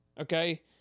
Okay